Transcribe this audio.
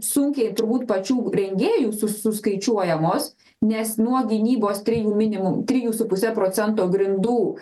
sunkiai turbūt pačių rengėjų su suskaičiuojamos nes nuo gynybos trijų minimum trijų su puse procento grindų